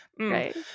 right